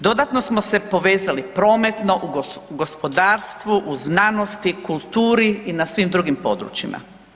Dodatno smo se povezali prometno, u gospodarstvu, u znanosti, kulturi i na svim drugim područjima.